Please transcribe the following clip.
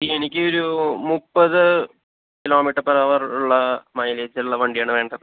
എനിക്കൊരു മുപ്പത് kilometre per hour ഉള്ള മൈലേജുള്ള വണ്ടിയാണ് വേണ്ടത്